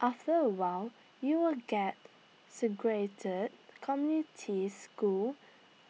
after A while you will get segregated communities school